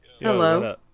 Hello